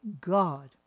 God